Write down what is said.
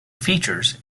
features